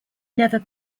never